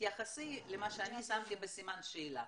תתייחסי למה שאני שמתי בסימן שאלה.